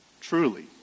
Truly